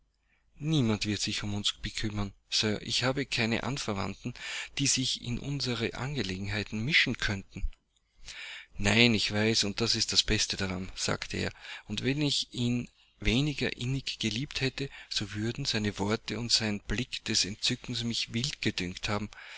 niemand wird sich um uns bekümmern sir ich habe keine anverwandten die sich in unsere angelegenheit mischen könnten nein ich weiß und das ist das beste daran sagte er und wenn ich ihn weniger innig geliebt hätte so würden seine worte und sein blick des entzückens mich wild gedünkt haben